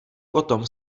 potom